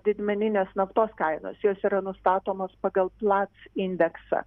didmeninės naftos kainos jos yra nustatomos pagal lat indeksą